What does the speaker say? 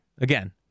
again